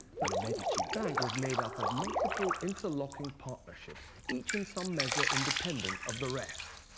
but the medici bank was made up of muitipie interiocking partnerships, each in some measure independent of the rest.